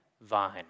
vine